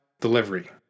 delivery